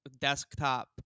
desktop